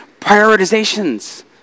prioritizations